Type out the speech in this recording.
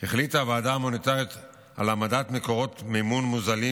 החליטה הוועדה המוניטרית על העמדת מקורות מימון מוזלים